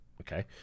Okay